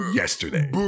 yesterday